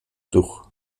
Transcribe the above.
tour